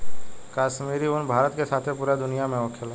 काश्मीरी उन भारत के साथे पूरा दुनिया में होखेला